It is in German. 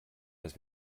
dass